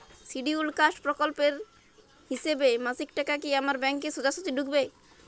Scheduled caste প্রকল্পের হিসেবে মাসিক টাকা কি আমার ব্যাংকে সোজাসুজি ঢুকবে?